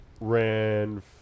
Ran